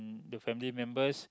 the family members